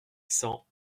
cent